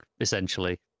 essentially